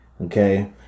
Okay